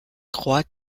croit